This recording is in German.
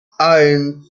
eins